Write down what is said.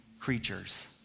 Creatures